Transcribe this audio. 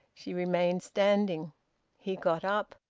she remained standing he got up.